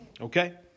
Okay